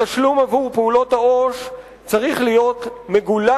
התשלום עבור פעולות העו"ש צריך להיות מגולם,